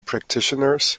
practitioners